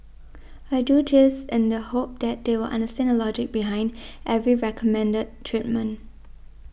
I do this in the hope that they will understand the logic behind every recommended treatment